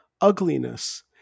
Ugliness